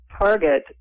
target